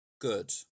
Good